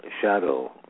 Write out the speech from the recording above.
shadow